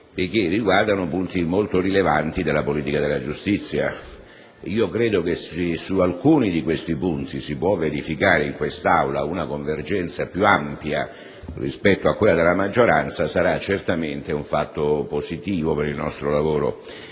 perché riguardano punti molto rilevanti della politica della giustizia. Ritengo che, se su alcuni di questi punti si può verificare in quest'Aula una convergenza più ampia rispetto a quella della maggioranza, sarà certamente un fatto positivo per il nostro lavoro.